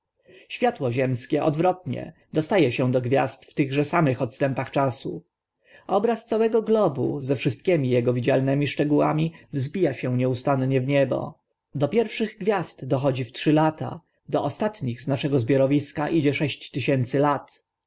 światło ziemskie odwrotnie dosta e się do gwiazd w tychże samych światło pamięć odstępach czasu obraz całego globu ze wszystkimi ego widzialnymi szczegółami wzbija się nieustannie w niebo do pierwszych gwiazd dochodzi we trzy lata do ostatnich z naszego zbiorowiska idzie sześć tysięcy lat